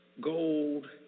gold